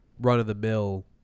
run-of-the-mill